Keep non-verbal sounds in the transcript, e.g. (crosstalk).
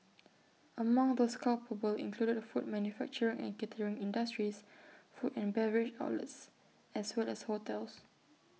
(noise) among those culpable included food manufacturing and catering industries food and beverage outlets as well as hotels